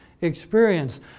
experience